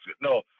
No